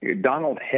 Donald